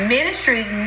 Ministries